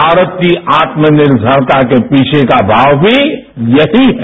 भारत की आत्मनिर्मरता के पीछे का भाव भी यही है